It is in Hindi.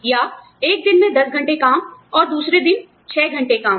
या एक दिन में दस घंटे काम और दूसरे दिन छह घंटे काम